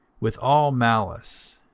with all malice